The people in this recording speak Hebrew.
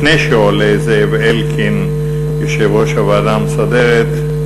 לפני שעולה זאב אלקין, יושב-ראש הוועדה המסדרת,